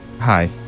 Hi